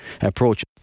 approach